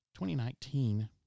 2019